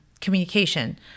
Communication